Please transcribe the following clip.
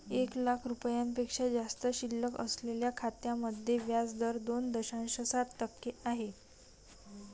एक लाख रुपयांपेक्षा जास्त शिल्लक असलेल्या खात्यांमध्ये व्याज दर दोन दशांश सात टक्के आहे